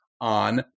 on